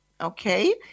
okay